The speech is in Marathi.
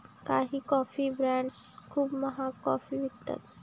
काही कॉफी ब्रँड्स खूप महाग कॉफी विकतात